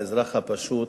לאזרח הפשוט.